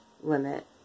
limit